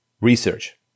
research